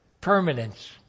permanence